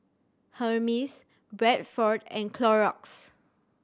Hermes Bradford and Clorox